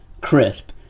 crisp